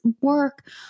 work